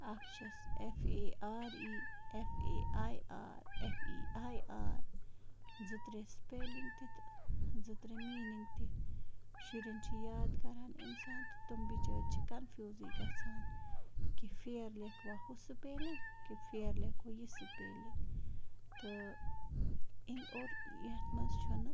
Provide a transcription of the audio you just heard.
اَکھ چھَس F A R E F A I R F E I R زٕ ترٛےٚ سٕپیلِنٛگ تہِ تہٕ زٕ ترٛےٚ میٖنِنٛگ تہِ شُرٮ۪ن چھِ یاد کران اِنسان تہٕ تِم بِچٲرۍ چھِ کَنفیوٗزٕے گژھان کہِ پھیر لیکھوا ہُہ سٕپیلِنٛگ کہِ پھیر لیکھو یہِ سٕپیلِنٛگ تہٕ اِن اور یَتھ منٛز چھُنہٕ